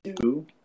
Two